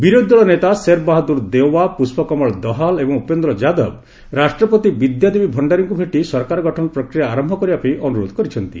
ବିରୋଧୀଦଳ ନେତା ସେର୍ ବାହାଦୂର ଦେଓବା ପୁଷ୍ପକମଳ ଦହାଲ ଏବଂ ଉପେନ୍ଦ୍ର ଯାଦବ ରାଷ୍ଟ୍ରପତି ବିଦ୍ୟାଦେବୀ ଭଶ୍ଡାରୀଙ୍କୁ ଭେଟି ସରକାର ଗଠନ ପ୍ରକ୍ରିୟା ଆରମ୍ଭ କରିବା ପାଇଁ ଅନୁରୋଧ କରିଛନ୍ତି